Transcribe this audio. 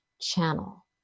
channel